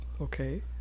Okay